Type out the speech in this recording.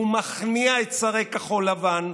הוא מכניע את שרי כחול לבן,